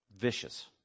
Vicious